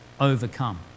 overcome